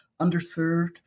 underserved